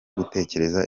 gutekereza